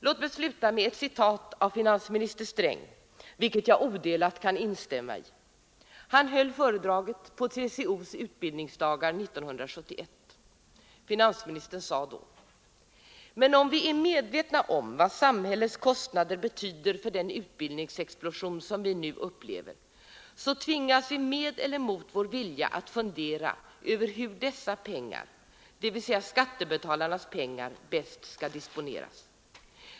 Låt mig sluta med ett citat av finansminister Sträng, vilket jag odelat kan instämma i. Han höll ett föredrag på TCO:s utbildningsdagar 1971 och sade då: ”Men om vi är medvetna om vad samhällets kostnader betyder för den utbildningsexplosion vi nu upplever så tvingas vi med eller mot vår vilja att fundera över hur dessa pengar, dvs. skattebetalarnas pengar, bäst skall disponeras.